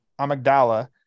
amygdala